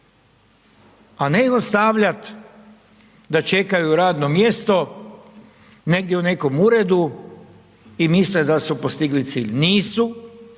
a ne ih ostavljat da čekaju radno mjesto negdje u nekom uredu i misle da su postigli cilj, nisu,